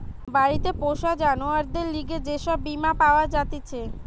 বাড়িতে পোষা জানোয়ারদের লিগে যে সব বীমা পাওয়া জাতিছে